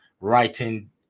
writing